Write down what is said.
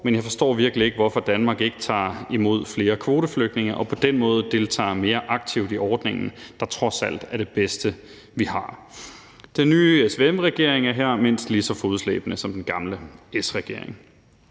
men jeg forstår virkelig ikke, hvorfor Danmark ikke tager imod flere kvoteflygtninge og på den måde deltager mere aktivt i ordningen, der trods alt er det bedste, vi har. Den nye SVM-regering er her mindst lige så fodslæbende som den gamle S-regering.